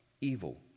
Evil